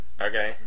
Okay